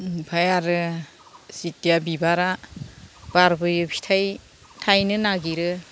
इनिफाय आरो जिथिया बिबारा बारबोयो फिथाइ थायनो नागिरो